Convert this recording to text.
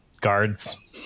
guards